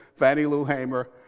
fannie lou hamer.